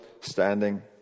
standing